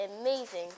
amazing